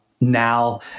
now